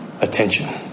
attention